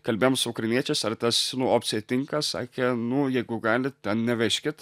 kalbėjom su ukrainiečiais ar tas opcija tinka sakė nu jeigu galit ten nevežkit